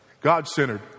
God-centered